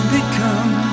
become